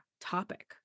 topic